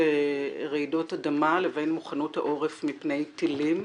לרעידות אדמה לבין מוכנות העורף מפני טילים.